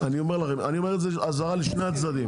אני אומר את זה כאזהרה לשני הצדדים,